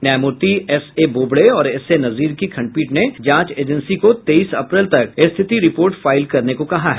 न्यायमूर्ति S A Bobde और S A Nazeer की खंडपीठ ने जांच एजेंसी को तेईस अप्रैल तक स्थिति रिपोर्ट फाईल करने को कहा है